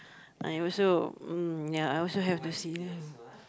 I also mm ya I also have to see